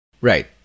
Right